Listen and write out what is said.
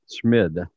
Schmid